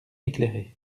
éclairé